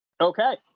Okay